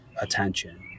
attention